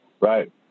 Right